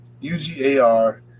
u-g-a-r